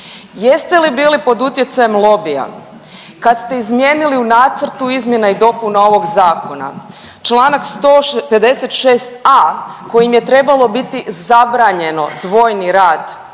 jeste li bili pod utjecajem lobija kad ste izmijenili u nacrtu izmjena i dopuna ovog zakona čl. 156.a. kojim je trebalo biti zabranjeno dvojni rad